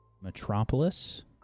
Metropolis